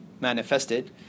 manifested